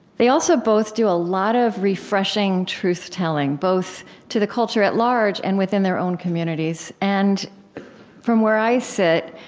they also both do a lot of refreshing truth-telling, both to the culture at large and within their own communities. and from where i sit,